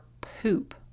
poop